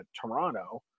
Toronto